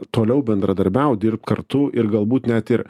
toliau bendradarbiaut dirbt kartu ir galbūt net ir